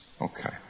Okay